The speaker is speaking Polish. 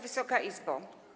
Wysoka Izbo!